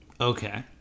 Okay